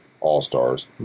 all-stars